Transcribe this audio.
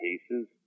cases